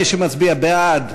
מי שמצביע בעד,